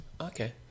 Okay